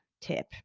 tip